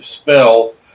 spell